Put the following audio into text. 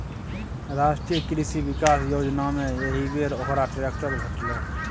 राष्ट्रीय कृषि विकास योजनामे एहिबेर ओकरा ट्रैक्टर भेटलै